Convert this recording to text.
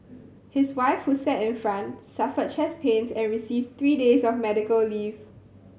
his wife who sat in front suffered chest pains and received three days of medical leave